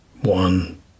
One